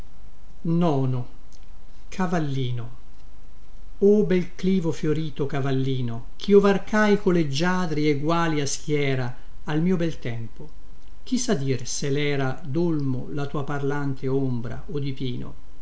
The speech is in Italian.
lacca o bel clivo fiorito cavallino chio varcai co leggiadri eguali a schiera al mio bel tempo chi sa dir se lera dolmo la tua parlante ombra o di pino